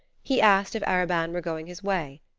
he asked if arobin were going his way.